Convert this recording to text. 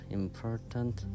important